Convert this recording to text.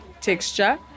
texture